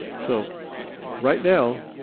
so right now,